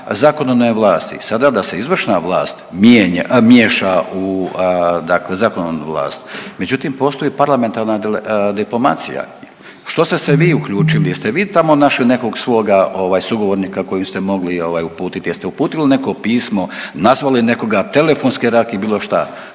zakonodavne vlasti. Sada da se izvršna vlast mijenja, miješa u dakle zakonodavnu vlast. Međutim postoji parlamentarna diplomacija. U što ste se vi uključili, jeste vi tamo našli nekog svoga ovaj sugovornika kojem ste mogli ovaj uputiti, jeste uputili neko pismo, nazvali nekoga, telefonski rad ili bilo šta